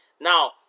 Now